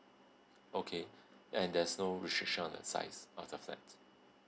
okay and there's no restriction on the size of the flat